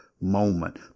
moment